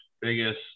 biggest